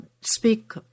speak